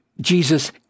Jesus